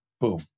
boom